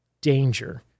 danger